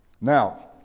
Now